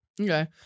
okay